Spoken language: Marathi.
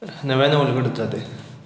नव्याने उलगडत जाते